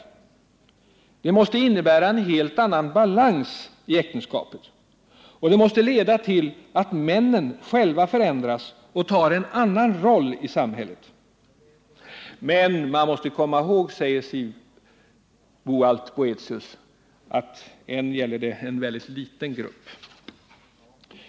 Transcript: Det måste innebära en helt annan balans i äktenskapet, och det måste leda till att männen själv förändras och tar en annan roll i samhället. Men man måste komma ihåg, säger Siv Boalt Boäthius, att än gäller det en väldigt liten grupp.